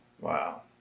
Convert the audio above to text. wow